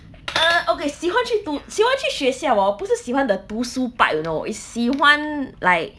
err okay 喜欢去读喜欢去学校 hor 不是喜欢的读书 part you know is 喜欢 like